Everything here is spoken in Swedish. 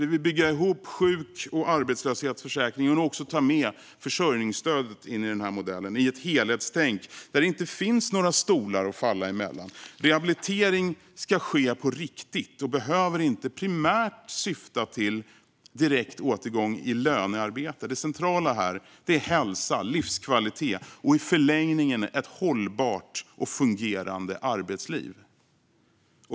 Vi vill bygga ihop sjuk och arbetslöshetsförsäkringarna och även ta med försörjningsstödet in i modellen i ett helhetstänk där det inte finns några stolar att falla emellan. Rehabilitering ska ske på riktigt och behöver inte primärt syfta till direkt återgång i lönearbete. Det centrala här är hälsa och livskvalitet och i förlängningen ett hållbart och fungerande arbetsliv.